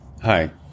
Hi